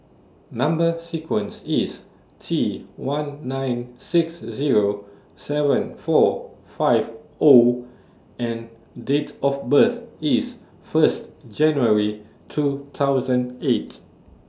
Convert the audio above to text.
Number sequence IS T one nine six Zero seven four five O and Date of birth IS First January two thousand eight